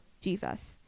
Jesus